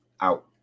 out